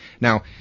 now